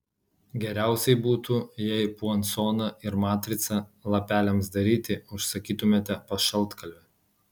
geriausiai būtų jei puansoną ir matricą lapeliams daryti užsakytumėte pas šaltkalvį